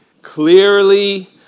clearly